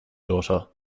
daughter